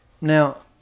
Now